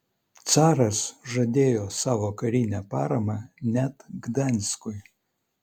caras žadėjo savo karinę paramą net gdanskui